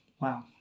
Wow